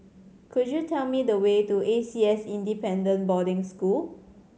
could you tell me the way to A C S Independent Boarding School